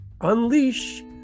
Unleash